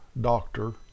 doctor